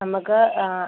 നമ്മൾക്ക് ആ